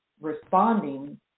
responding